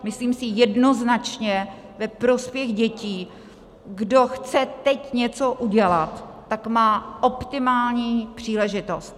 Myslím si, jednoznačně ve prospěch dětí kdo chce teď něco udělat, tak má optimální příležitost.